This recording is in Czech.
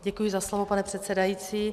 Děkuji za slovo, paní předsedající.